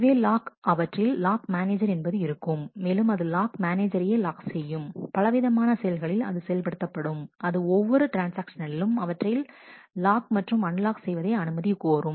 இதுவே லாக் அவற்றில் lock manager என்பது இருக்கும் மேலும் அது லாக் மேனேஜரேயே லாக் செய்யும் பலவிதமான செயல்களில் அது செயல்படுத்தப்படும் அது ஒவ்வொரு ட்ரான்ஸ்ஆக்ஷனிலும் அவற்றில் லாக் மற்றும் அன்லாக் செய்வதை அனுமதி கோரும்